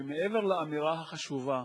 מעבר לאמירה החשובה